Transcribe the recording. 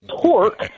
torque